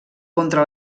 contra